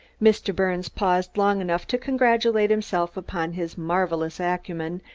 mr. birnes paused long enough to congratulate himself upon his marvelous acumen,